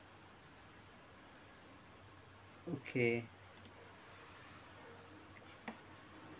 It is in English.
okay